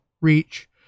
reach